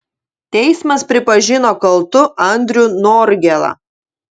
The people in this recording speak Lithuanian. teismas pripažino kaltu andrių norgėlą